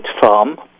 farm